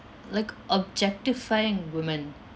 like objectifying women